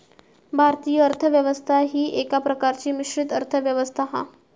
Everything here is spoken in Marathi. भारतीय अर्थ व्यवस्था ही एका प्रकारची मिश्रित अर्थ व्यवस्था हा